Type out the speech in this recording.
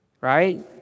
right